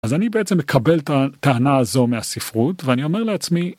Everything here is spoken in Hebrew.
אז אני בעצם מקבל את הטענה הזו מהספרות ואני אומר לעצמי.